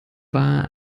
war